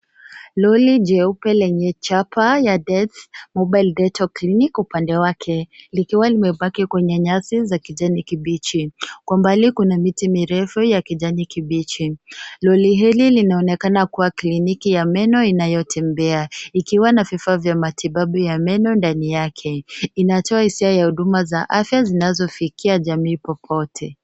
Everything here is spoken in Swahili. Lori jeupe lenye chapa ya dets mobile dental clinic upande wake, likiwa limepaki kwenye nyasi za kijani kibichi. Kwa mbali kuna miti mirefu ya kijani kibichi. Lori hili linaonekana kuwa kliniki ya meno inayotembea, ikiwa na vifaa vya matibabu ya meno ndani yake. Inatoa hisia ya huduma za afya zinazofikia jamii popote.